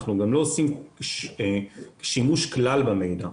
אנחנו גם לא עושים שימוש במידע כלל,